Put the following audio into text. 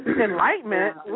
Enlightenment